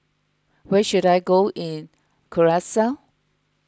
where should I go in